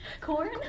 Corn